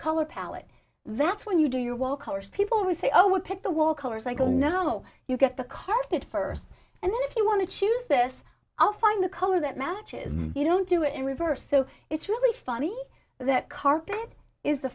color palette that's when you do you well course people always say oh i would pick the wall color cycle no you get the carpet first and then if you want to choose this i'll find a color that matches you don't do it in reverse so it's really funny that carpet is the